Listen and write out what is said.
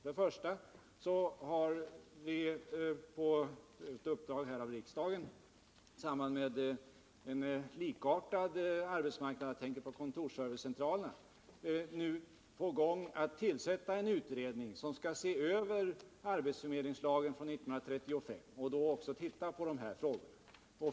För det första skall vi nu — med anledning av ett uppdrag som kerförbundets riksdagen lämnat och som gäller en likartad arbetsmarknad, nämligen kontorsserviceområdet — tillsätta en utredning som skall se över arbetsförmedlingslagen från 1935, varvid också de här frågorna kommer med i bilden.